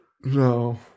No